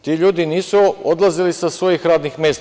Ti ljudi nisu odlazili sa svojih radnih mesta.